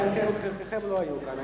חברי חברי הכנסת, חלקכם לא הייתם כאן.